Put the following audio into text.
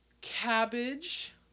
cabbage